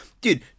dude